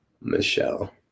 Michelle